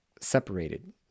separated